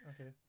Okay